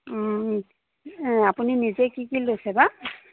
এই আপুনি নিজেই কি কি লৈছে বা